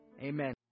Amen